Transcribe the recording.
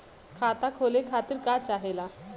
खाता खोले खातीर का चाहे ला?